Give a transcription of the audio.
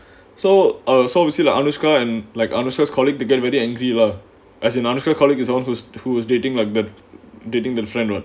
so err so you see like anushka and like anushka colleague to get very angry lah as in anushka colleague is own who's who's dating like that dating that friend [what]